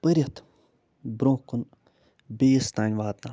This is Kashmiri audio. پٔرِتھ برٛونٛہہ کُن بیٚیِس تام واتناوُن